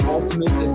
Ultimate